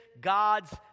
God's